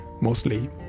mostly